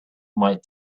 might